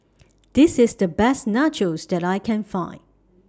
This IS The Best Nachos that I Can Find